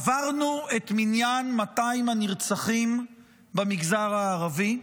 עברנו את מניין 200 הנרצחים במגזר הערבי,